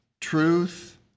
truth